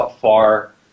far